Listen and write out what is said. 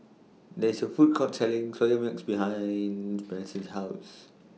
There IS A Food Court Selling Soya Milk behind Branson's House